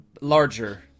larger